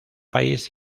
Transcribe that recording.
país